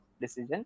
decision